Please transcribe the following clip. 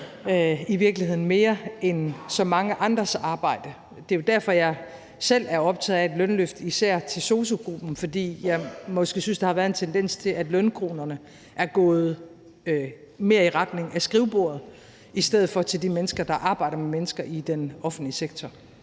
i virkeligheden kræver mere end så mange andres arbejde. Det er jo derfor, jeg selv er optaget af et lønløft, især til sosu-gruppen. Det er, fordi jeg måske synes, der har været en tendens til, at lønkronerne er gået mere i retning af skrivebordet i stedet for til de mennesker, der arbejder med mennesker i den offentlige sektor.